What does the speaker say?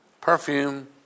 Perfume